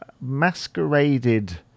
masqueraded